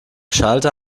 schalter